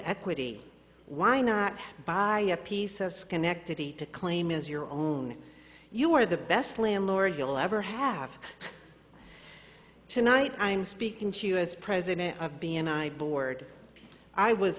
equity why not buy a piece of schenectady to claim as your own you are the best landlord you'll ever have tonight i'm speaking to you as president of b and i board i was